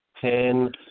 ten